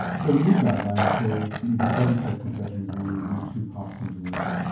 so the new guidelines say you do thirty chest compressions and then you do two puffs into the mouth?